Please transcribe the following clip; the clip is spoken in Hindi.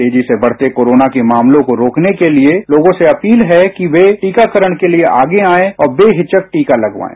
तेजी से बढ़ते कोरोना के मामलों को रोकने के लिए लोगों से अपील है कि वे टीकाकरण के लिए आगे आएं और बेहिचक टीका लगवाएं